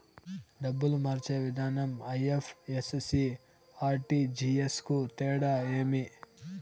డబ్బులు మార్చే విధానం ఐ.ఎఫ్.ఎస్.సి, ఆర్.టి.జి.ఎస్ కు తేడా ఏమి?